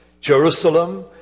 Jerusalem